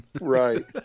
Right